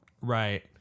Right